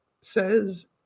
says